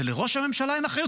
ולראש הממשלה אין אחריות.